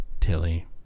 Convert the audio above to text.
Tilly